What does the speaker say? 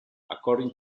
according